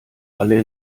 alle